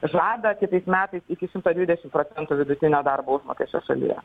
žada kitais metais iki šimto dvidešimt procentų vidutinio darbo užmokesčio šalyje